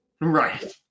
Right